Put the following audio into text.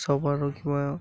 ସବୁ